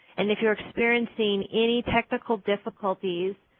and if you're experiencing any technical difficulties,